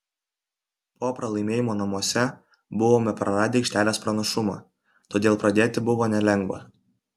po pralaimėjimo namuose buvome praradę aikštelės pranašumą todėl pradėti buvo nelengva